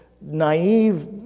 naive